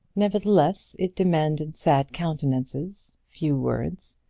nevertheless, it demanded sad countenances, few words,